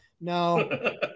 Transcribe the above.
No